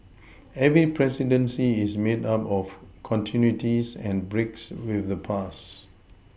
every presidency is made up of continuities and breaks with the past